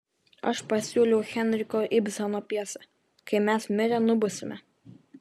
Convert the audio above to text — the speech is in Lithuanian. aš pasiūliau henriko ibseno pjesę kai mes mirę nubusime